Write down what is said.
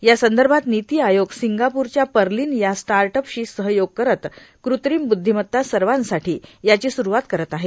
या संदर्भात नीती आयोग सिंगापूरच्या पर्लिन या स्टार्ट अप शी सहयोग करत कृत्रिम ब्द्धीमत्ता सर्वांसाठी याची स्रुवात करत आहे